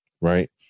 right